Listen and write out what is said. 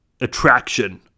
attraction